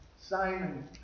Simon